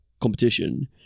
competition